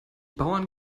bauern